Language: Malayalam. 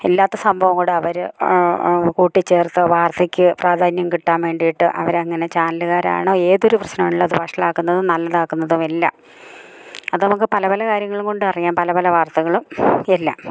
ഇല്ലാത്ത സംഭവം കൂടെ അവര് കൂട്ടിച്ചേർത്ത് വാർത്തക്ക് പ്രാധാന്യം കിട്ടാൻ വേണ്ടി അവരങ്ങനെ ചാനലുകാരാണ് ഏതൊരു പ്രശ്നമുള്ളത് വഷളാക്കുന്നതും നല്ലതാക്കുന്നതും എല്ലാം അത് നമുക്ക് പല പല കാര്യങ്ങളും കൊണ്ടറിയാം പല പല വാർത്തകളും എല്ലാം